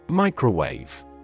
Microwave